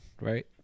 right